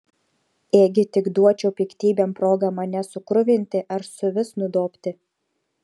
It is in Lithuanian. ėgi tik duočiau piktybėm progą mane sukruvinti ar suvis nudobti